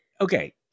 okay